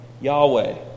Yahweh